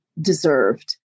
deserved